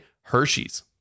Hershey's